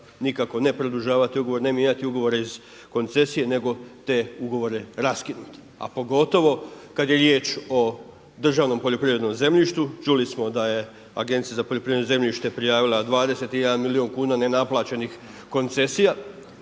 nikako ne produžavati ugovor, ne mijenjati ugovore iz koncesije nego te ugovore raskinuti. A pogotovo kada je riječ o državnom poljoprivrednom zemljištu. Čuli smo da je Agencija za poljoprivredno zemljište prijavila 21 milijun kuna ne naplaćenih koncesija